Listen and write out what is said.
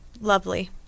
lovely